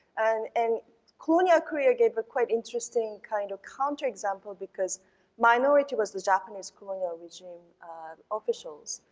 and and colonial created a quite interesting kind of counterexample because minority was the japanese colonial regime officials.